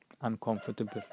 uncomfortable